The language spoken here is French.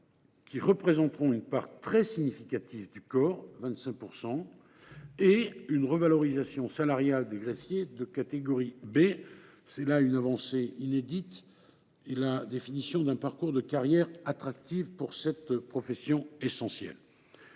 qui représenteront une part tout à fait significative – 25 %– du corps, et la revalorisation salariale des greffiers de catégorie B. Il s’agit là d’une avancée inédite et de la définition d’un parcours de carrière attractif pour cette profession essentielle.